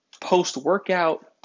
post-workout